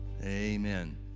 Amen